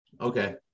Okay